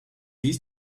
least